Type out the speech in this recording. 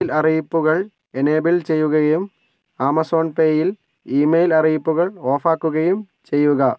mobile അറിയിപ്പുകൾ enable ചെയ്യുകയും Amazon പേയിൽ ഇമെയിൽ അറിയിപ്പുകൾ ഓഫാക്കുകയും ചെയ്യുക